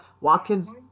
Watkins